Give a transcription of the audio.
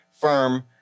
firm